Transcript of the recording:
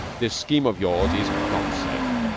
this scheme of yours is not safe.